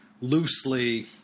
loosely